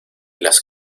las